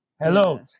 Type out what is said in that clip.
Hello